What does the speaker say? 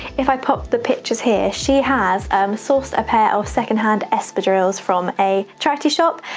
if i pop the pictures here, she has um sourced a pair of secondhand espadrilles from a charity shop,